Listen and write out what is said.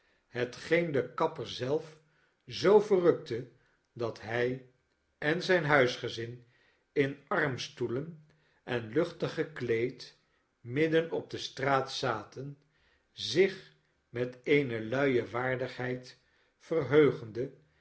hetgeen de kapper zelf zoo verrukte dat hij en zijn huisgezin in armstoelen en luchtig gekleed midden op de straat zaten zich mt eene luie waardigheid verheugende